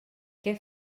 què